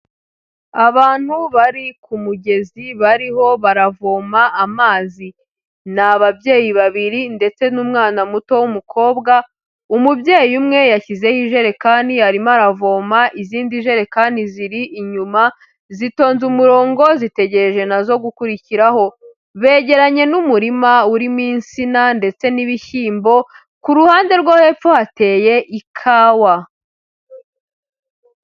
Abantu bari ku mugezi bariho baravoma amazi, ni ababyeyi babiri ndetse n'umwana muto w'umukobwa, umubyeyi umwe yashyizeho ijerekani arimo aravoma izindi jerekani ziri inyuma zitonze umurongo zitegereje nazo gukurikiraho. Begeranye n'umurima urimo insina ndetse n'ibishyimbo ku ruhande rwo hepfo hateye ikawa.